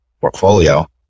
portfolio